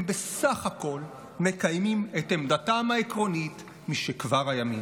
הם בסך הכול מקיימים את עמדתם העקרונית משכבר הימים.